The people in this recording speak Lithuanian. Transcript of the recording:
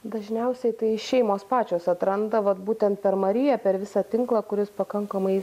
dažniausiai tai šeimos pačios atranda vat būtent per mariją per visą tinklą kuris pakankamai